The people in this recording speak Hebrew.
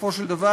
בסופו של דבר,